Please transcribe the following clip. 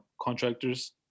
contractors